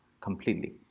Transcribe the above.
completely